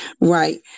Right